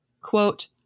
Quote